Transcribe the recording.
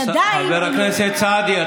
חבר הכנסת סעדי,